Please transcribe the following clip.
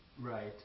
Right